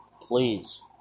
please